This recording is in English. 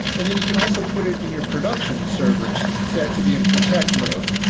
and then you can also put it in your production servers set to be in protect mode.